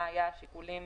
תסבירי את השיקולים